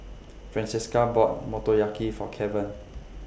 Francesca bought Motoyaki For Keven